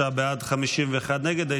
33 בעד, 51 נגד.